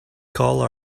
call